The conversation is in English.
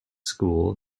school